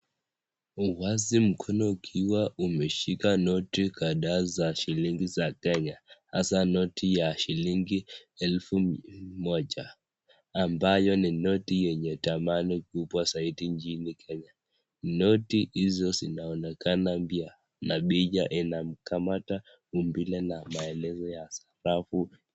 Uwazi mkono ukiwa umeshika noti kadhaa za shilingi ya kenya, hasa noti ya shilingi elfu moja ambayo ni noti yenye dhamani kubwa zaidi nchini Kenya. Noti hizo zinaonekana mpya na picha inakamata umbile na maelezo ya sarafu.